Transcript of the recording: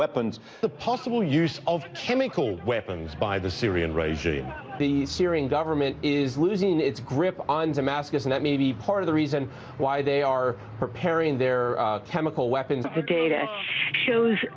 weapons the possible use of chemical weapons by the syrian regime the syrian government is losing its grip on damascus and that may be part of the reason why they are preparing their chemical weapons at the gat